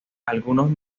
algunos